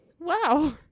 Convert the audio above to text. Wow